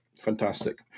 Fantastic